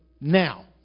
now